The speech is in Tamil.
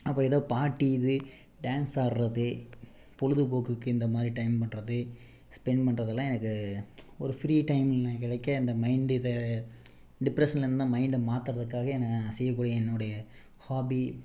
அப்போது ஏதோ பார்ட்டி இது டேன்ஸ் ஆடுறது பொழுதுபோக்குக்கு இந்தமாதிரி டைம் பண்ணுறது ஸ்பென்ட் பண்ணுறதெல்லாம் எனக்கு ஒரு ஃப்ரீ டைமு கிடைக்க மைண்ட் இதை டிப்ரெஷனில் இருந்தால் மைண்டை மாத்துறதுக்காக என்ன நான் செய்யக்கூடிய என்னுடைய ஹாபி